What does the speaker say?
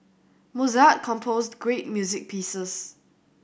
Mozart composed great music pieces